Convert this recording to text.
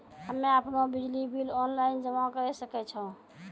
हम्मे आपनौ बिजली बिल ऑनलाइन जमा करै सकै छौ?